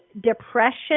depression